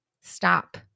Stop